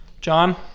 John